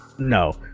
No